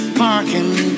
parking